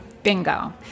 Bingo